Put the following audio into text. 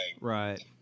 Right